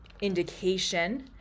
indication